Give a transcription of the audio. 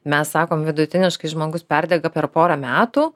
mes sakom vidutiniškai žmogus perdega per porą metų